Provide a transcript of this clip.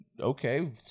okay